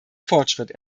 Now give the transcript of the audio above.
fortschritt